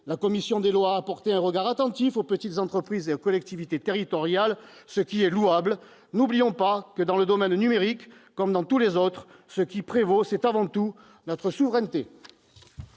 La commission des lois a porté un regard attentif aux petites entreprises et aux collectivités territoriales, ce qui est louable. Ne l'oublions pas, dans le domaine numérique comme dans tous les autres, ce qui prévaut, c'est avant tout notre souveraineté.